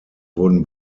wurden